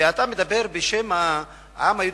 ואתה מדבר בשם העם היהודי,